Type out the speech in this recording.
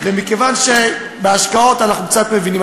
ומכיוון שבהשקעות אנחנו קצת מבינים,